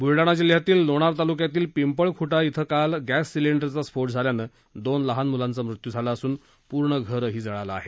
बुलडाणा जिल्हयातील लोणार तालुक्यातील पिंपळखूटा श्रे काल गद्यसिलिंडरचा स्फोट झाल्यानं दोन लहान मुलांचा मृत्यू झाला असून पूर्ण घरही जळालं आहे